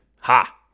Ha